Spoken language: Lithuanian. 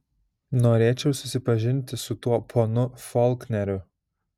norėčiau susipažinti su tuo ponu folkneriu